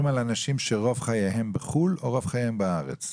על אנשים שרוב חייהם בחו"ל או בארץ?